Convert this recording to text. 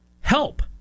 help